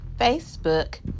Facebook